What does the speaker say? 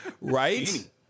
Right